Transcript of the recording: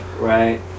Right